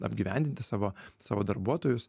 apgyvendinti savo savo darbuotojus